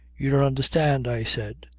you don't understand, i said,